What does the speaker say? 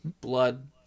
Blood